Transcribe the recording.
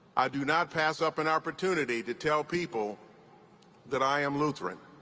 i do not pass up an opportunity to tell people that i am lutheran,